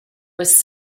was